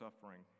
suffering